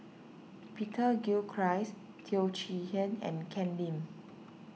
Peter Gilchrist Teo Chee Hean and Ken Lim